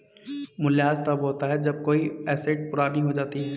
मूल्यह्रास तब होता है जब कोई एसेट पुरानी हो जाती है